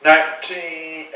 Nineteen